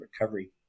recovery